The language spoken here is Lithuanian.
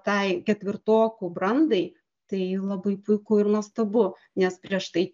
tai ketvirtokų brandai tai labai puiku ir nuostabu nes prieš tai